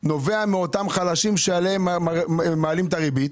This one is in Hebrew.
נובע מאותם חלשים שעליהם מעלים את הריבית,